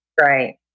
Right